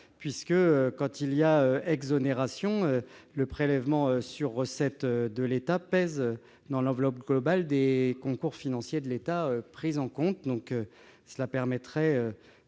effet, quand il y a exonération, le prélèvement sur recettes de l'État pèse dans l'enveloppe globale des concours financiers de l'État pris en compte. Notre proposition permettrait